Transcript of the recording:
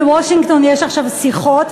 בוושינגטון יש עכשיו שיחות,